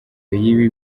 y’ibi